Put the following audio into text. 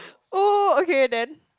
oh okay then